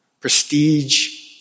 prestige